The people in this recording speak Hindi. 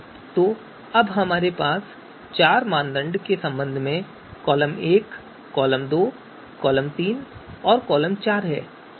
तो अब हमारे पास चार मानदंडों के संबंध में कॉलम 1 कॉलम 2 कॉलम 3 और कॉलम 4 हैं